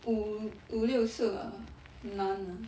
五五六次啊很难啊